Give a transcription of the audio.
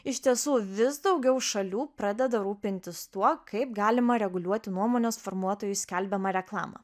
iš tiesų vis daugiau šalių pradeda rūpintis tuo kaip galima reguliuoti nuomonės formuotojų skelbiamą reklamą